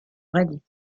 rallye